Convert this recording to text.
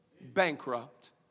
Bankrupt